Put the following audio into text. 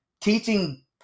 teaching